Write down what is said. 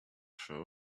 show